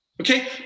okay